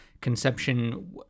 conception